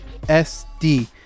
SD